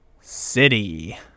City